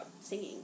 singing